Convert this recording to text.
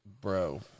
Bro